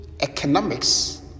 economics